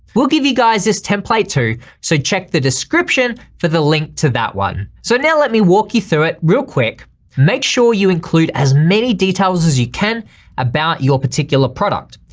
we'll give you guys this template too, so check the description for the link to that one. so now let me walk you through it real quick make sure you include as many details as you can about your particular product.